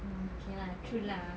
oh okay lah true lah